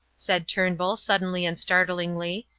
said turnbull, suddenly and startlingly,